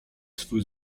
swój